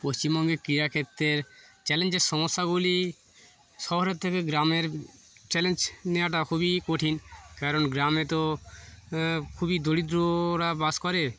পশ্চিমবঙ্গে ক্রীড়াক্ষেত্রের চ্যালেঞ্জের সমস্যাগুলি শহরের থেকে গ্রামের চ্যালেঞ্জ নেওয়াটা খুবই কঠিন কারণ গ্রামে তো খুবই দরিদ্ররা বাস করে